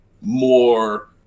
more